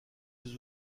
des